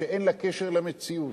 שאין לה קשר למציאות.